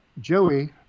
Joey